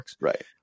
right